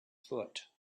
foot